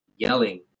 yelling